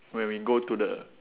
when we go to the